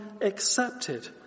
accepted